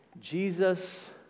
Jesus